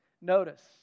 Notice